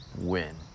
win